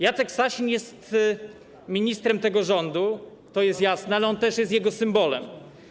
Jacek Sasin jest ministrem tego rządu, to jest jasne, ale jest też jego symbolem.